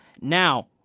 Now